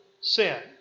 sin